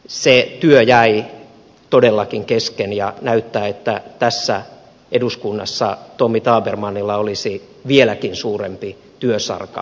se työ jäi todellakin kesken ja näyttää että tässä eduskunnassa tommy tabermannilla olisi vieläkin suurempi työsarka